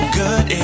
good